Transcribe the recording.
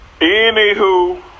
Anywho